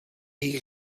jejich